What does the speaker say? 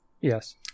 Yes